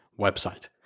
website